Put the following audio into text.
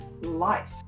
life